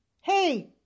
Hey